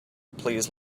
please